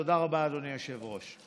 תודה רבה, אדוני היושב-ראש.